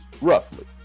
roughly